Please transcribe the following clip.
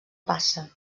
passa